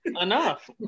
enough